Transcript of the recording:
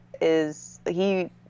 is—he